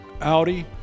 Audi